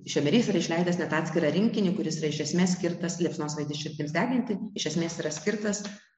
šemerys yra išleidęs net atskirą rinkinį kuris yra iš esmės skirtas liepsnosvaidis širdims deginti iš esmės yra skirtas